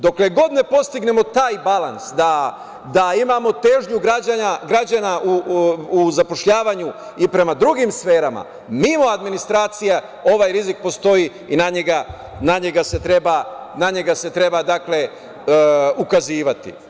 Dokle god ne postignemo taj balans da imamo težnju građana u zapošljavanju i prema drugim sferama mimo administracije, ovaj rizik postoji i na njega se treba ukazivati.